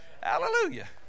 Hallelujah